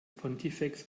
pontifex